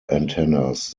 antennas